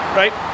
right